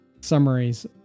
summaries